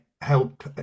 help